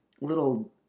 little